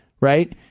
right